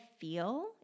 feel